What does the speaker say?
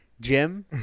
Jim